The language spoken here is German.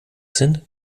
sind